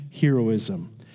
heroism